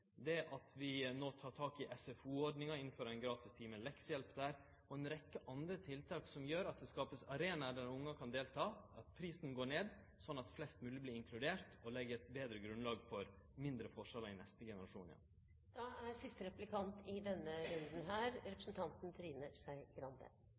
det at vi no tek tak i SFO-ordninga og innfører ein gratis time med leksehjelp der, og ei rekkje andre tiltak som gjer at det vert skapt arenaer der ungar kan delta, at prisen går ned, sånn at flest mogleg blir inkluderte. Det legg eit betre grunnlag for mindre forskjellar i neste generasjon. Jeg har lyst til å følge opp fattigdomssporet. Venstre har i